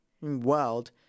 world